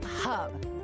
hub